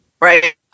Right